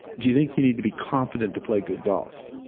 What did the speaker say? do you think you need to be confident to play good golf?